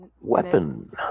Weapon